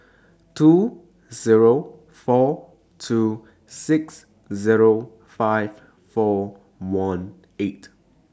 two Zero four two six Zero five four one eight